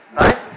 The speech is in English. Right